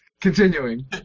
Continuing